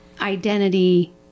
identity